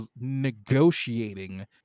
negotiating